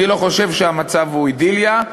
אני לא חושב שהמצב הוא אידיליה,